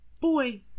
boy